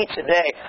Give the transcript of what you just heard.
today